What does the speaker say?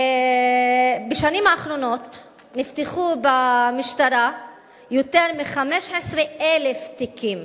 בשנים האחרונות נפתחו במשטרה יותר מ-15,000 תיקים